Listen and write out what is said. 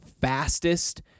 fastest